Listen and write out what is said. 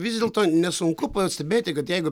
vis dėlto nesunku pastebėti kad jeigu